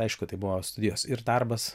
aišku tai buvo studijos ir darbas